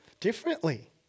differently